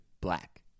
black